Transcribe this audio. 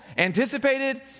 anticipated